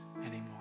anymore